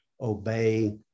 obey